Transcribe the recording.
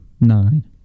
nine